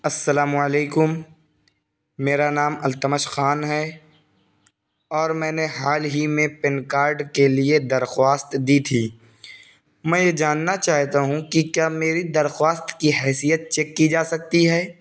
السلام علیکم میرا نام التمش خان ہے اور میں نے حال ہی میں پین کارڈ کے لیے درخواست دی تھی میں یہ جاننا چاہتا ہوں کہ کیا میری درخواست کی حیثیت چیک کی جا سکتی ہے